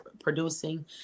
producing